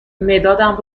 مدادم